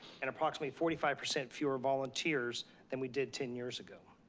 and approximately forty five percent fewer volunteers than we did ten years ago.